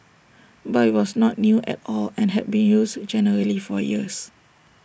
but IT was not new at all and had been used generally for years